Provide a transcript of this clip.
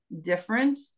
different